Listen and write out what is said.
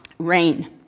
Rain